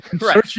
Right